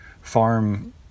farm